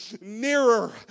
nearer